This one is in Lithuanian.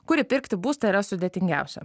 kur įpirkti būstą yra sudėtingiausia